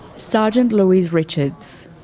sergeant louise richards.